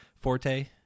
forte